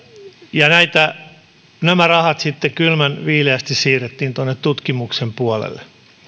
ja nämä rahat sitten kylmän viileästi siirrettiin tuonne tutkimuksen puolelle